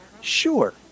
Sure